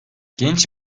genç